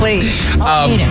Please